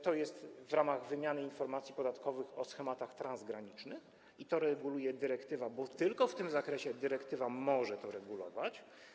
To mieści się w ramach wymiany informacji podatkowych o schematach transgranicznych i to reguluje dyrektywa, bo tylko w tym zakresie dyrektywa może to regulować.